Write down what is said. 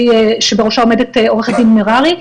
שבראשה עומדת עורכת דין מררי.